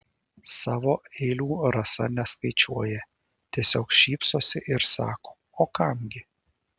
savo eilių rasa neskaičiuoja tiesiog šypsosi ir sako o kam gi